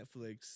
Netflix